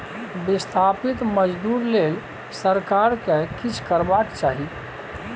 बिस्थापित मजदूर लेल सरकार केँ किछ करबाक चाही